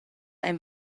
ein